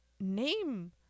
name